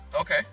Okay